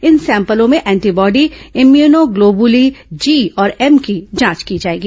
इन सैंपलों में antibody immunoglobulin G और एम की जांच की जाएगी